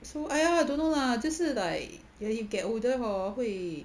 so !aiya! don't know lah 就是 like when you get older hor 会